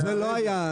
זאת לא הנקודה.